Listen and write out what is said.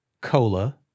cola